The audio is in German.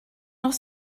noch